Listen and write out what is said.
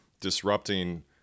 disrupting